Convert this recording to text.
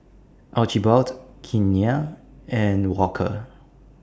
Archibald Keanna and Walker